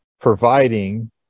providing